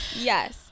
Yes